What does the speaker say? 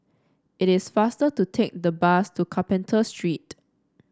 it is faster to take the bus to Carpenter Street